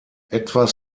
etwas